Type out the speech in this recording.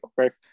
okay